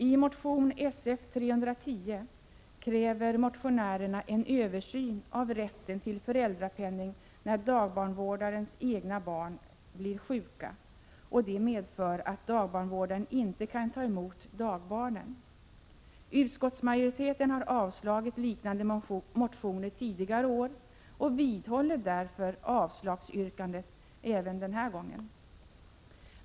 I motion Sf310 kräver motionärerna en översyn av rätten till föräldrapenning när dagbarnvårdarens egna barn blir sjuka med påföljd att dagbarnvårdaren inte kan ta emot dagbarnen. Utskottsmajoriteten har avstyrkt 105 liknande motioner tidigare år och vidhåller därför avslagsyrkandet även denna gång.